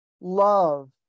love